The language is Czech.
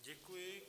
Děkuji.